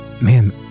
man